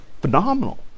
phenomenal